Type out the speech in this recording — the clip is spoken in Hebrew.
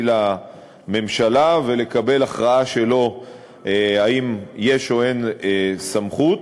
לממשלה ולקבל הכרעה שלו אם יש או אין סמכות.